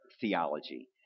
theology